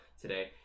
today